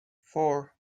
four